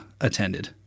attended